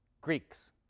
Greeks